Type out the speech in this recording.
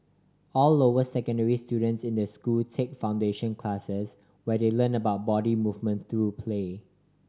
all lower secondary students in the school take foundation classes where they learn about body movement through play